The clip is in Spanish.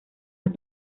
los